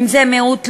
אם זה מיעוט לאומי,